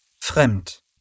fremd